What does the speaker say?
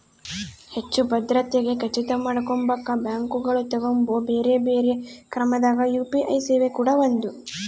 ಹೆಚ್ಚು ಭದ್ರತೆಗೆ ಖಚಿತ ಮಾಡಕೊಂಬಕ ಬ್ಯಾಂಕುಗಳು ತಗಂಬೊ ಬ್ಯೆರೆ ಬ್ಯೆರೆ ಕ್ರಮದಾಗ ಯು.ಪಿ.ಐ ಸೇವೆ ಕೂಡ ಒಂದು